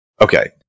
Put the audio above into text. Okay